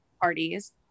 parties